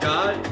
God